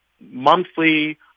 monthly